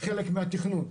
חלק מהתכנון.